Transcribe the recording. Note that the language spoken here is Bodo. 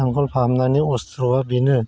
नांगोल फाहामनायनि अस्ट्रआ बेनो